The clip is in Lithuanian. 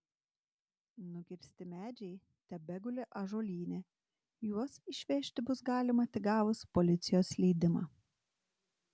nukirsti medžiai tebeguli ąžuolyne juos išvežti bus galima tik gavus policijos leidimą